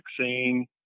vaccine